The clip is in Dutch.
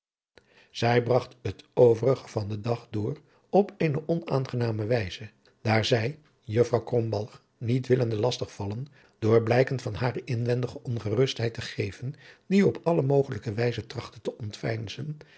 zij bragt het overige van den dag door op eene onaangename wijze daar zij juffrouw krombalg niet willende lastig vallen door blijken van hare inwendige ongerustheid te geven die op alle mogelijke wijzen trachtte te ontveinzen